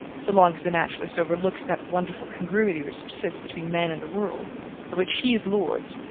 so long as the naturalist overlooks that wonderful congruity which subsists between man and the world of which he is lord,